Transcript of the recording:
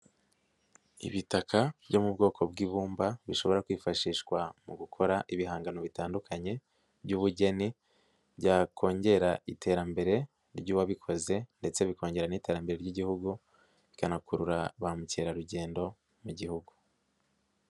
Ibitaka byo mu bwoko bw'ibumba, bishobora kwifashishwa mu gukora ibihangano bitandukanye by'ubugeni, byakongera iterambere ry'uwabikoze ndetse bikongera n'iterambere ry'igihugu, bikanakurura ba mukerarugendo mu gihugu.